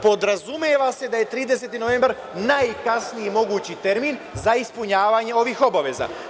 Podrazumeva se da je 30. novembar najkasniji mogući termin za ispunjavanje ovih obaveza.